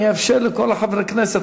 אני אאפשר לכל חברי הכנסת.